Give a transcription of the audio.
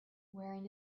wearing